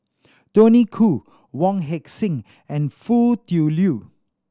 Tony Khoo Wong Heck Sing and Foo Tui Liew